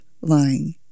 lying